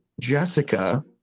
Jessica